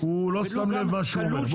הוא לא שם לב למה שהוא אומר,